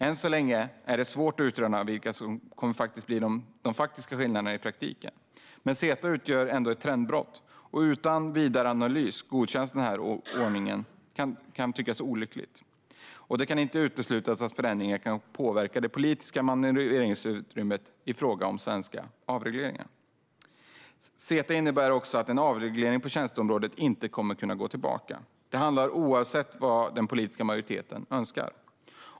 Än så länge är det svårt att utröna vilka de faktiska skillnaderna blir i praktiken. Men CETA utgör ändå ett trendbrott, och utan vidare analys godkänns denna ordning, vilket kan tyckas olyckligt. Det kan inte uteslutas att förändringen kan påverka det politiska manöverutrymmet i fråga om svenska avregleringar. CETA innebär också att en avreglering på tjänsteområdet inte kommer att kunna gå tillbaka. Det gäller oavsett vad den politiska majoriteten önskar.